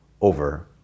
over